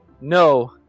No